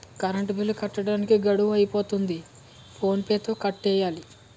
current bill కట్టడానికి గడువు అయిపోతంది ఫోన్ పే తో కట్టియ్యాల